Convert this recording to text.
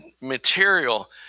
material